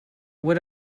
what